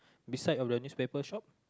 beside of the newspaper shop